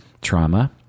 trauma